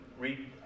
read